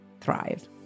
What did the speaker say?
thrive